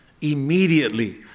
immediately